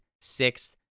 sixth